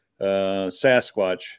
Sasquatch